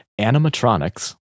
Animatronics